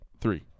three